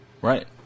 Right